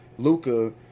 Luca